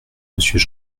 monsieur